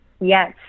Yes